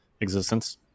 existence